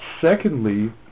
Secondly